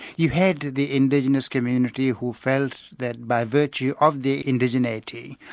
you had the indigenous community who felt that by virtue of the indigeneity,